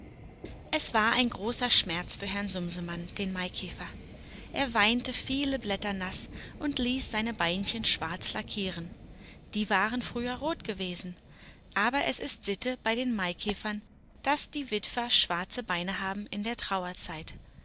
es war ein großer schmerz für herrn sumsemann den maikäfer er weinte viele blätter naß und ließ seine beinchen schwarz lackieren die waren früher rot gewesen aber es ist sitte bei den maikäfern daß die witwer schwarze beine haben in der trauerzeit